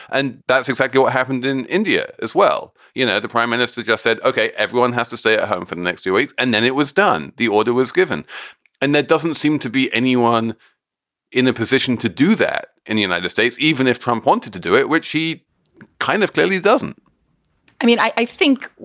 and that's exactly what happened in india as well. you know, the prime minister just said, okay, everyone has to. stay at home for the next two weeks and then it was done. the order was given and there doesn't seem to be anyone in the position to do that in the united states. even if trump wanted to do it, which he kind of clearly doesn't i mean, i think,